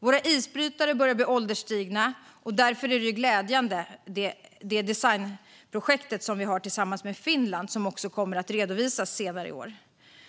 Våra isbrytare börjar bli ålderstigna, och därför är det designprojekt vi har tillsammans med Finland glädjande. Det kommer att redovisas senare år,